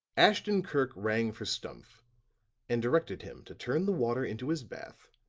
ashton-kirk rang for stumph and directed him to turn the water into his bath,